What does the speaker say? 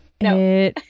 No